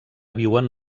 viuen